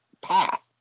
path